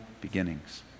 beginnings